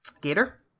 Gator